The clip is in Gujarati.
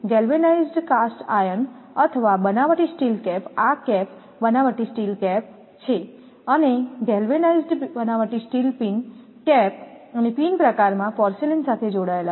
તેથી ગેલ્વેનાઈઝ્ડ કાસ્ટ આયર્ન અથવા બનાવટી સ્ટીલ કેપ આ કેપ બનાવટી સ્ટીલ કેપ છે અને ગેલ્વેનાઈઝ્ડ બનાવટી સ્ટીલ પિન કેપ અને પિનના પ્રકારમાં પોર્સેલેઇન સાથે જોડાયેલા છે